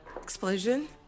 explosion